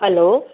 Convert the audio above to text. hello